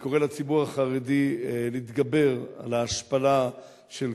אני קורא לציבור החרדי להתגבר על ההשפלה של